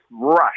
rush